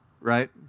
right